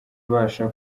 abasha